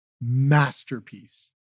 masterpiece